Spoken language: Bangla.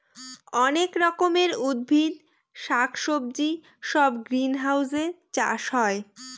অনেক রকমের উদ্ভিদ শাক সবজি সব গ্রিনহাউসে চাষ হয়